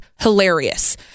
hilarious